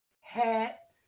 Hat